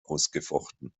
ausgefochten